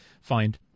find